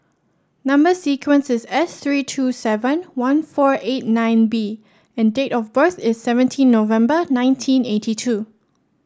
number sequence is S three two seven one four eight nine B and date of birth is seventeen November nineteen eighty two